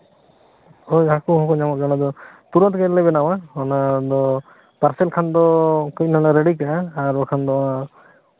ᱦᱳᱭ ᱦᱟᱹᱠᱩ ᱦᱚᱸᱠᱚ ᱧᱟᱢᱚᱜ ᱜᱮᱭᱟ ᱱᱚᱰᱮ ᱫᱚ ᱛᱩᱨᱟᱹᱫᱽ ᱜᱮᱞᱮ ᱵᱮᱱᱟᱣᱟ ᱚᱱᱟᱫᱚ ᱯᱟᱨᱥᱮᱞ ᱠᱷᱟᱱ ᱫᱚ ᱫᱚᱞᱮ ᱨᱮᱰᱤ ᱠᱟᱜᱼᱟ ᱟᱨ ᱵᱟᱠᱷᱟᱱ ᱫᱚ